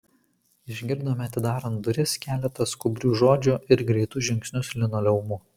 išgirdome atidarant duris keletą skubrių žodžių ir greitus žingsnius linoleumu